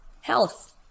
health